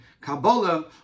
Kabbalah